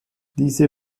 diese